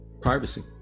privacy